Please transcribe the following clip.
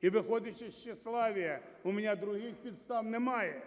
І виходячи з тщеславия, у меня других підстав немає...